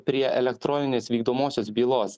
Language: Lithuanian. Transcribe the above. prie elektroninės vykdomosios bylos